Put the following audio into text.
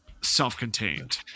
self-contained